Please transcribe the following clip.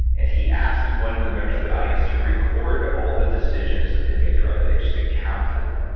and he asked one of the members of the audience to record all the decisions that they made throughout the day. just to count them.